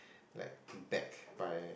like backed by